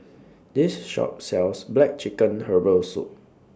This Shop sells Black Chicken Herbal Soup